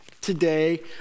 today